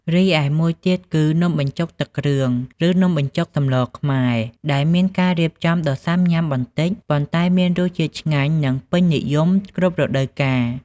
រីឯមួយទៀតគឺ នំបញ្ចុកទឹកគ្រឿង ឬនំបញ្ចុកសម្លរខ្មែរ ដែលមានការរៀបចំដ៏សាំញ៉ាំបន្តិច ប៉ុន្តែមានរសជាតិឆ្ងាញ់និងពេញនិយមគ្រប់រដូវកាល។